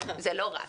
זה לא רק,